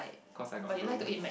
cause I got no